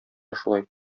шулай